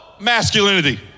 masculinity